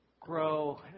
grow